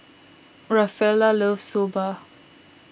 Rafaela loves Soba